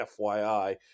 FYI